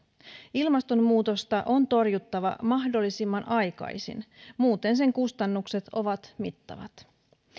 ilmastonmuutosta on torjuttava mahdollisimman aikaisin muuten sen kustannukset ovat mittavat